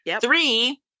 Three